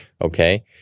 Okay